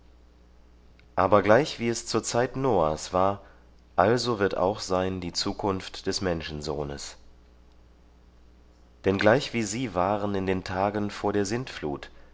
aber gleichwie es zur zeit noah's war also wird auch sein die zukunft des menschensohnes denn gleichwie sie waren in den tagen vor der sintflut